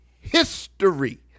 history